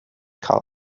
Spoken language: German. karl